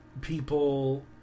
people